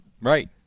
Right